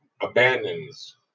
abandons